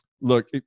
look